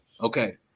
Okay